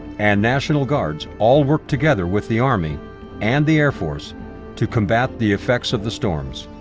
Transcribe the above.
and national guards all worked together with the army and the air force to combat the effects of the storms.